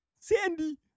Sandy